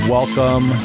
Welcome